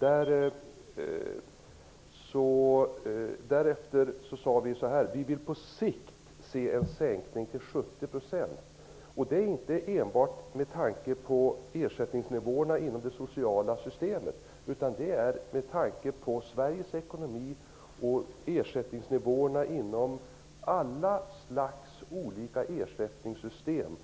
Vi i Ny demokrati sade att vi på sikt vill se en sänkning till 70 %. Det är inte enbart med tanke på ersättningsnivåerna inom det sociala systemet, utan det är med tanke på Sveriges ekonomi och ersättningsnivåerna inom alla slags olika ersättningssystem.